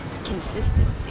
Consistency